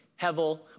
hevel